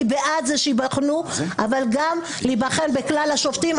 אני בעד זה שייבחנו אבל גם להיבחן בכלל השופטים.